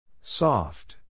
Soft